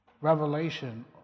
Revelation